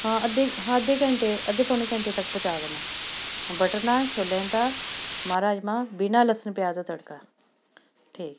ਹਾਂ ਅੱਧੇ ਹਾਂ ਅੱਧੇ ਘੰਟੇ ਅੱਧੇ ਪੌਣੇ ਘੰਟੇ ਤੱਕ ਪਹੁੰਚਾ ਦੇਣਾ ਬਟਰ ਨਾਨ ਛੋਲਿਆਂ ਦੀ ਦਾਲ ਮਾਂਹ ਰਾਜਮਾਂਹ ਬਿਨਾਂ ਲਸਣ ਪਿਆਜ ਦਾ ਤੜਕਾ ਠੀਕ